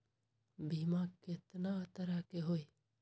बीमा केतना तरह के होइ?